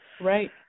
Right